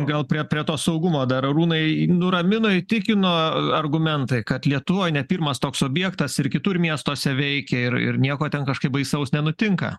gal prie prie to saugumo dar arūnai nuramino įtikino argumentai kad lietuvoj ne pirmas toks objektas ir kitur miestuose veikia ir ir nieko ten kažkaip baisaus nenutinka